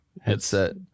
Headset